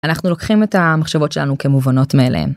אנחנו לוקחים את המחשבות שלנו כמובנות מאליהן.